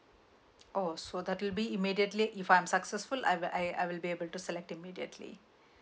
oh so that will be immediately if I'm successful I I will be able to select immediately